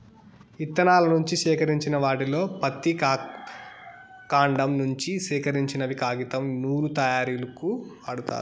ఇత్తనాల నుంచి సేకరించిన వాటిలో పత్తి, కాండం నుంచి సేకరించినవి కాగితం, నూలు తయారీకు వాడతారు